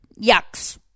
yucks